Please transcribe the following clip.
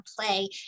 play